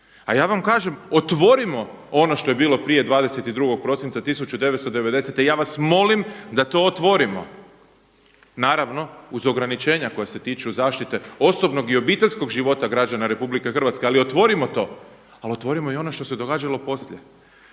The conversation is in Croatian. A ja vam kažem otvorimo ono što je bilo prije 22. prosinca 1990. Ja vas molim da to otvorimo. Naravno, uz ograničenja koja se tiču zaštite osobnog i obiteljskog života građana Republike Hrvatske, ali otvorimo to. Ali otvorimo i ono što se događalo poslije.